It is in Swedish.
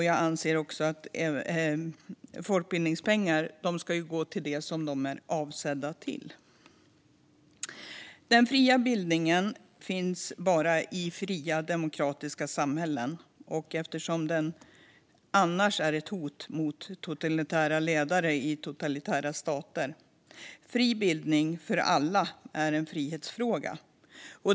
Jag anser att folkbildningspengar ska gå till det som de är avsedda för. Den fria bildningen finns bara i fria demokratiska samhällen eftersom den är ett hot mot totalitära ledare i totalitära stater. Fri bildning för alla är en frihetsfråga.